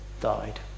died